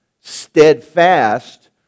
steadfast